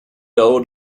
out